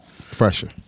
Fresher